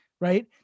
right